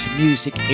music